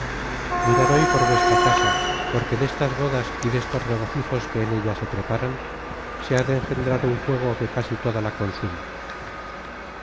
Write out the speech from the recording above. mirad hoy por vuestra casa porque destas bodas y destos regocijos que en ella se preparan se ha de engendrar un fuego que casi toda la consuma